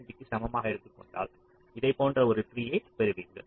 75 க்கு சமமாக எடுத்துக் கொண்டால் இதைப் போன்ற ஒரு ட்ரீயைப் பெறுவீர்கள்